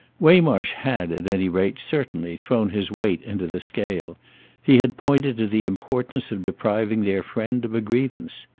waymarsh had at any rate, certainly, thrown his weight into the scale he had pointed to the importance of depriving their friend of a grievance.